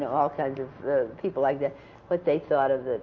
all kinds of people like that what they thought of